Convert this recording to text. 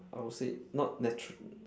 I will say not natural